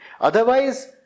Otherwise